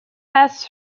pass